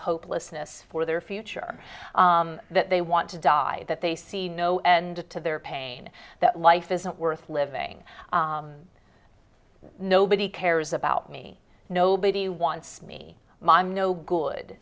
hopelessness for their future that they want to die that they see no end to their pain that life isn't worth living nobody cares about me nobody wants me my i'm no good